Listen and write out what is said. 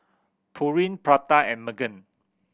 Pureen Prada and Megan